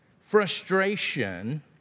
frustration